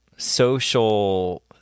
social